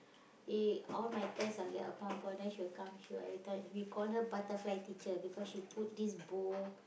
in all my test I get upon upon then she will come she will every time we call her butterfly teacher because she put this bow